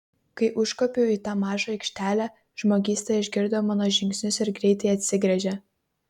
kai užkopiau į tą mažą aikštelę žmogysta išgirdo mano žingsnius ir greitai atsigręžė